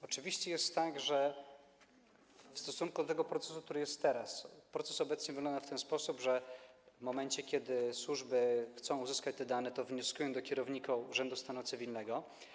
Oczywiście jest tak, jeżeli chodzi o proces, który jest teraz, to ten proces obecnie wygląda w ten sposób, że w momencie kiedy służby chcą uzyskać te dane, to wnioskują do kierownika urzędu stanu cywilnego.